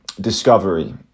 discovery